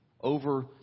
over